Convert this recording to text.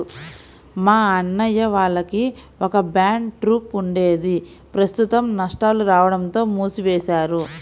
మా అన్నయ్య వాళ్లకి ఒక బ్యాండ్ ట్రూప్ ఉండేది ప్రస్తుతం నష్టాలు రాడంతో మూసివేశారు